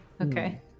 Okay